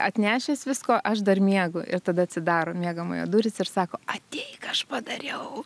atnešęs visko aš dar miegu ir tada atsidaro miegamojo durys ir sako ateik aš padariau